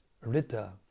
Rita